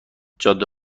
جاده